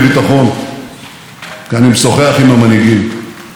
כל אחת מהמדינות המפותחות הייתה מתברכת